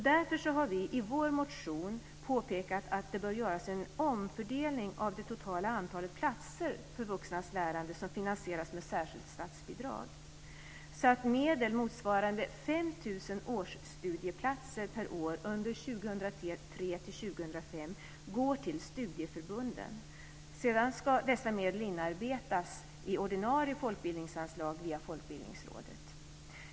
Därför har vi i vår motion påpekat att det bör göras en omfördelning av det totala antalet platser för vuxnas lärande som finansieras med särskilt statsbidrag så att medel motsvarande 5 000 årsstudieplatser per år under 2003-2005 går till studieförbunden. Sedan ska dessa medel inarbetas i ordinarie folkbildningsanslag via Folkbildningsrådet.